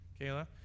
Kayla